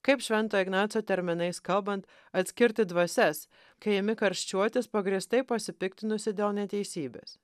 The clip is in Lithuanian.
kaip švento ignaco terminais kalbant atskirti dvasias kai imi karščiuotis pagrįstai pasipiktinusi dėl neteisybės